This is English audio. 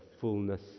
fullness